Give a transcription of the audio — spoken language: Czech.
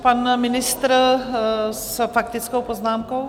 Pan ministr s faktickou poznámkou?